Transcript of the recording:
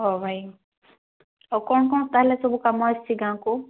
ହେଉ ଭାଇ ହୋଉ କ'ଣ କ'ଣ ତାହେଲେ ସବୁ କାମ ଆସିଛି ଗାଁକୁ